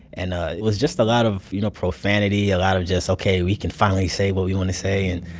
and it was just a lot of, you know, profanity, a lot of just, ok, we can finally say what we want to say and.